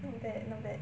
not bad not bad